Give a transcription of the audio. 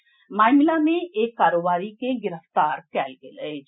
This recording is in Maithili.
एहि मामिला मे एक कारोबारी के गिरफ्तार कएल गेल अछि